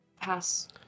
pass